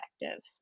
effective